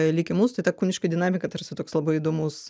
likimus tai ta kūniška dinamika tarsi toks labai įdomus